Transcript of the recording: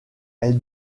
elle